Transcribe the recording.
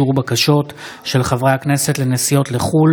בעניין הליך אישור בקשות של חברי הכנסת לנסיעות לחו"ל